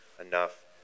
enough